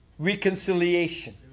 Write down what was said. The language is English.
Reconciliation